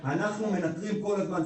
אנחנו מנטרים כל הזמן,